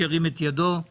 הצבעה אושרה.